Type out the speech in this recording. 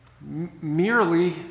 merely